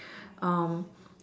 um